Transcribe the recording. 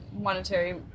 monetary